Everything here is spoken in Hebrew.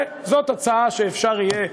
זאת הצעה שאפשר יהיה,